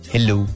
Hello